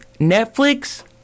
Netflix